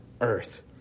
earth